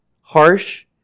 harsh